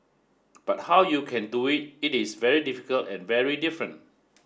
but how you can do it it is very difficult and very different